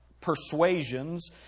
persuasions